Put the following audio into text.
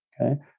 Okay